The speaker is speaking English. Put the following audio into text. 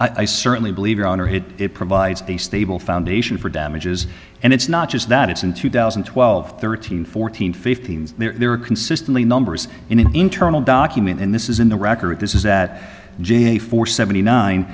level i certainly believe your honor hit it provides a stable foundation for damages and it's not just that it's in two thousand and twelve thirteen fourteen fifteen there are consistently numbers in an internal document and this is in the record this is that a four seventy nine